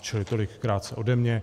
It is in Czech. Čili tolik krátce ode mě.